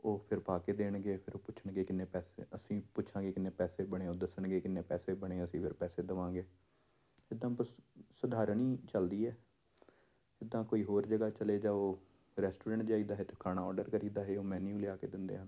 ਉਹ ਫਿਰ ਪਾ ਕੇ ਦੇਣਗੇ ਫਿਰ ਉਹ ਪੁੱਛਣਗੇ ਕਿੰਨੇ ਪੈਸੇ ਅਸੀਂ ਪੁੱਛਾਂਗੇ ਕਿੰਨੇ ਪੈਸੇ ਬਣੇ ਉਹ ਦੱਸਣਗੇ ਕਿੰਨੇ ਪੈਸੇ ਬਣੇ ਅਸੀਂ ਫਿਰ ਪੈਸੇ ਦਵਾਂਗੇ ਇੱਦਾਂ ਬਸ ਸਧਾਰਨ ਹੀ ਚੱਲਦੀ ਹੈ ਜਿੱਦਾਂ ਕੋਈ ਹੋਰ ਜਗ੍ਹਾ ਚਲੇ ਜਾਓ ਰੈਸਟੋਰੈਂਟ ਜਾਈਦਾ ਹੈ ਤਾਂ ਖਾਣਾ ਔਡਰ ਕਰੀਦਾ ਹੈ ਉਹ ਮੈਨਿਓ ਲਿਆ ਕੇ ਦਿੰਦੇ ਹਨ